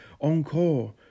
encore